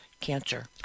cancer